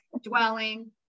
dwelling